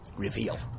Reveal